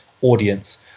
audience